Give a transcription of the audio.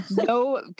no